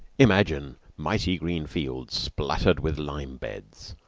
imagine mighty green fields splattered with lime-beds,